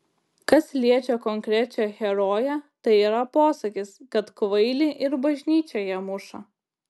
kas liečia konkrečią heroję tai yra posakis kad kvailį ir bažnyčioje muša